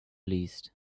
least